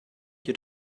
your